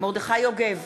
מרדכי יוגב,